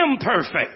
Imperfect